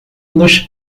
nos